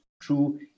true